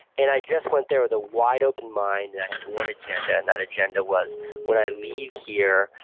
and i just went there with a wide-open mind. and i had one agenda, and that agenda was when i leave here,